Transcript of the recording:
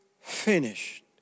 finished